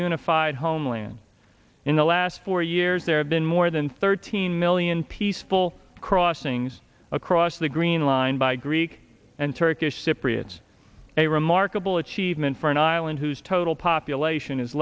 unified homeland in the last four years there have been more than thirteen million peaceful crossings across the green line by greek and turkish cypriots a remarkable achievement for an island whose total population is